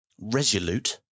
resolute